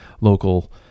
local